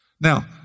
Now